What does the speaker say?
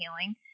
healing